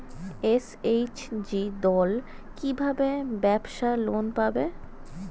SHG দল কী ভাবে ব্যাবসা লোন পাবে?